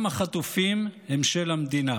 גם החטופים הם של המדינה.